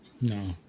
no